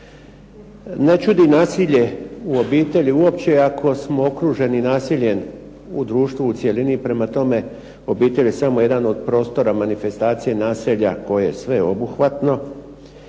Ne čudi nasilje u obitelji uopće ako smo okruženi nasiljem u društvu u cjelini, prema tome obitelj je samo jedan od prostora manifestacije nasilja koje je sveobuhvatno